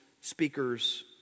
speakers